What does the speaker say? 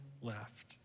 left